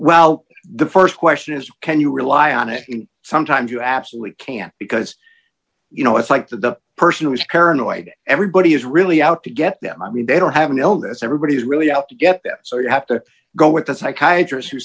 well the st question is can you rely on it sometimes you absolutely can't because you know it's like that the person was paranoid everybody is really out to get them i mean they don't have an illness everybody is really out to get so you have to go with the psychiatrist who